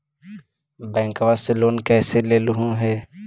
बैंकवा से लेन कैसे लेलहू हे?